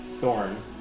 Thorn